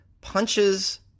punches